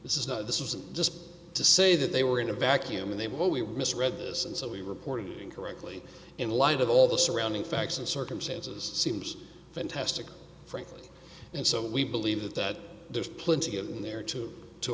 this is not this is just to say that they were in a vacuum and they were we misread this and so we reported incorrectly in light of all the surrounding facts and circumstances seems fantastic frankly and so we believe that there's plenty of in there to to